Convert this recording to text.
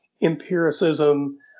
empiricism